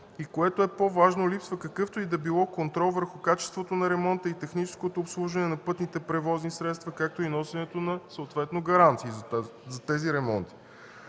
и което е по-важно – липсва какъвто и да било контрол върху качеството на ремонта и техническото обслужване на пътните превозни средства, както и носенето на съответни гаранции за тези ремонти.